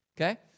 Okay